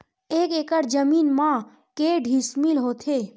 एक एकड़ जमीन मा के डिसमिल होथे?